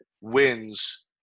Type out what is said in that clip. wins